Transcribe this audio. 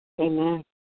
Amen